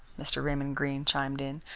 mr. raymond greene chimed in.